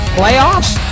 playoffs